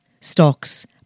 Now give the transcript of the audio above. stocks